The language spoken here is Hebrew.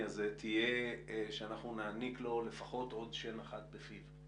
הזה תהיה שנעניק לו לפחות עוד שן אחת בפיו.